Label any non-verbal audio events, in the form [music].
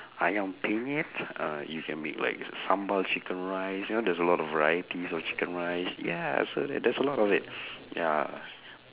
ayam-penyet uh you can make like s~ sambal chicken rice you know there's a lot of varieties of chicken rice ya so there there's a lot of it [breath] ya